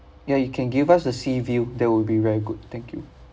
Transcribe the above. ya you can give us the sea view that will be very good thank you